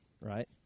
right